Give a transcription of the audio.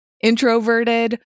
introverted